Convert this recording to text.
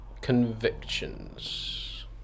convictions